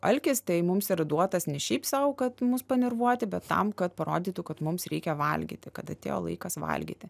alkis tai mums yra duotas ne šiaip sau kad mus panervuoti bet tam kad parodytų kad mums reikia valgyti kad atėjo laikas valgyti